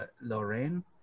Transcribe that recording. Lorraine